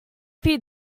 feed